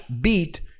beat